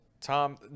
Tom